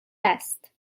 است